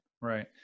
right